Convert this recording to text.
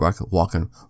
walking